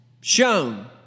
shown